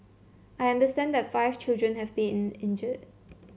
I understand that five children have been injured